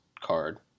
card